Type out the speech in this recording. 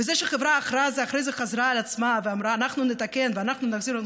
וזה שהחברה אחרי זה חזרה בה ואמרה: אנחנו נתקן ואנחנו נחזיר,